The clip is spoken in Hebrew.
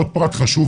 עוד פרט חשוב,